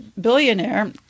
billionaire